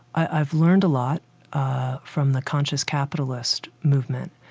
i've learned a lot from the conscious capitalist movement,